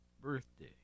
birthday